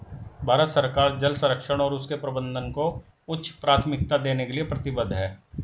भारत सरकार जल संरक्षण और उसके प्रबंधन को उच्च प्राथमिकता देने के लिए प्रतिबद्ध है